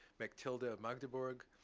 mechthild of magdeburg,